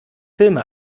filme